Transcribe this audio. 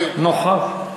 נוכח.